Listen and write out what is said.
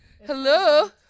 Hello